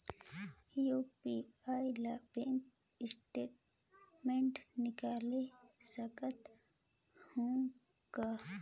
UPI ले bank statement निकाल सकत हवं का?